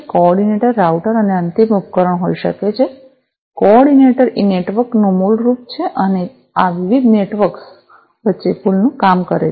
કો ઓર્ડિનેટર રાઉટર અને અંતિમ ઉપકરણ હોઈ શકે છે કો ઓર્ડિનેટર એ નેટવર્ક નું મૂળ છે અને તે આ વિવિધ નેટવર્ક્સ વચ્ચે પુલનું કામ કરે છે